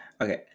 Okay